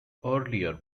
earlier